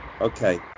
okay